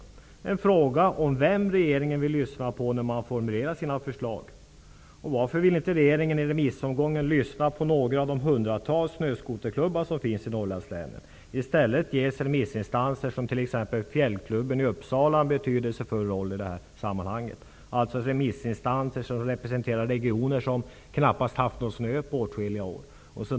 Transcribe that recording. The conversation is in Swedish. Det är en fråga om vem regeringen vill lyssna på när man formulerar sina förslag. Varför ville inte regeringen i remissomgången lyssna på några av de hundratals snöskoterklubbar som finns i Norrlandslänen? I stället ges remissinstanser som t.ex. Fjällklubben i Uppsala en betydelsefull roll i det här sammanhanget. Det är remissinstanser som representerar regioner som knappast haft någon snö på åtskilliga år.